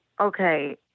okay